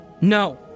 No